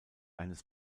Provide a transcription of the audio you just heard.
eines